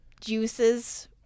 juices